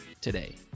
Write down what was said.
today